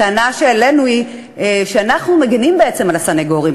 טענה שהעלינו היא שאנחנו מגינים בעצם על הסנגורים,